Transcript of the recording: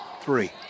three